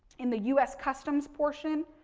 in the us customs portion,